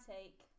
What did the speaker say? take